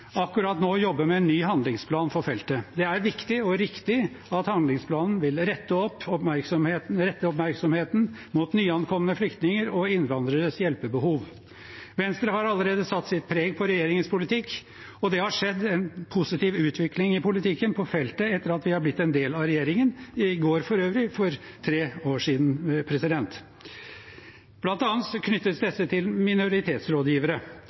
akkurat nå jobber med en ny handlingsplan for feltet. Det er viktig og riktig at handlingsplanen vil rette oppmerksomheten mot nyankomne flyktningers og innvandreres hjelpebehov. Venstre har allerede satt sitt preg på regjeringens politikk, og det har skjedd en positiv utvikling i politikken på feltet etter at vi ble en del av regjeringen – for øvrig var det i går tre år siden det skjedde. Blant annet knyttes dette til minoritetsrådgivere.